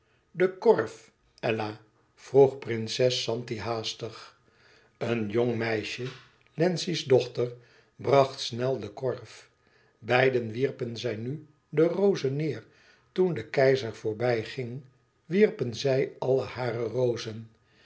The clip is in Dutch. de korf ella vroeg prinses zanti haastig een jong meisje wlenzci's dochter bracht snel den korf beiden wierpen zij nu de rozen neêr toen de keizer voorbijging wierpen zij alle hare rozen